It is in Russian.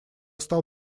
стал